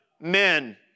men